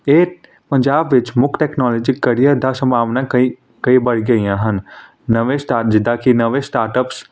ਇਹ ਪੰਜਾਬ ਵਿੱਚ ਮੁੱਖ ਟੈਕਨੋਲੋਜੀ ਕਰੀਅਰ ਦਾ ਸੰਭਾਵਨਾ ਕਈ ਕਈ ਵੱਧ ਗਈਆਂ ਹਨ ਨਵੇਂ ਸਟਾਰ ਜਿੱਦਾਂ ਕਿ ਨਵੇਂ ਸਟਾਰਟਅਪਸ